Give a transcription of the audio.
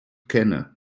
kenne